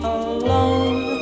alone